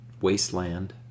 wasteland